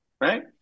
right